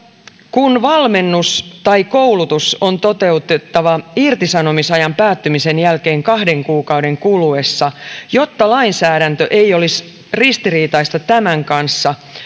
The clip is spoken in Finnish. kun valmennus tai koulutus on toteutettava irtisanomisajan päättymisen jälkeen kahden kuukauden kuluessa niin jotta lainsäädäntö ei olisi ristiriitaista tämän kanssa